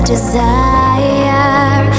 desire